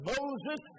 Moses